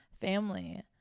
family